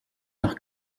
nach